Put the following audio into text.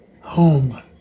home